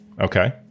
Okay